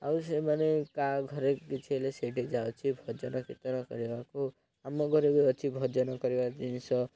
ଆଉ ସେମାନେ କାହା ଘରେ କିଛି ହେଲେ ସେଇଠି ଯାଉଛି ଭଜନ କୀର୍ତ୍ତନ କରିବାକୁ ଆମ ଘରେ ବି ଅଛି ଭଜନ କରିବା ଜିନିଷ